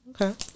Okay